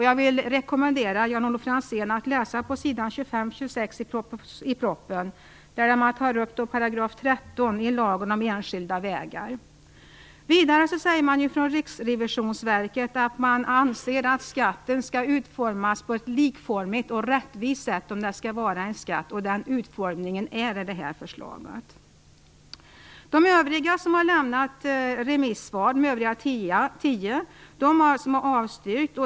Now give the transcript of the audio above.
Jag vill rekommendera Jan Olof Franzén att läsa på s. 25-26 i propositionen, där man tar upp 13§ lagen om enskilda vägar. Vidare säger man från Riksrevisionsverket att man anser att skatter skall utformas på ett likformigt och rättvist sätt, om det skall vara en skatt. Den utformningen anges i det här förslaget. De övriga tio som har lämnat remissvar har avstyrkt.